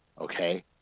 Okay